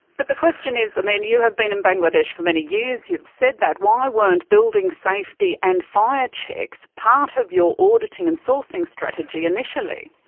but the question is, um and you have been in bangladesh for many years, you have said that, why weren't building safety and fire checks part of your auditing and sourcing strategy initially?